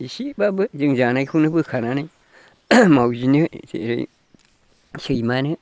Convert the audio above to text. एसेब्लाबो जों जानायखौनो बोखानानै मावजिनो जेरै सैमानो